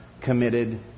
committed